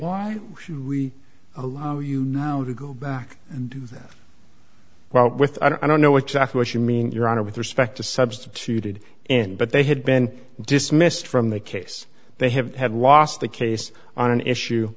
why should we allow you to go back and do that well with i don't know exactly what you mean your honor with respect to substituted in but they had been dismissed from the case they have had lost the case on an issue